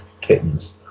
kittens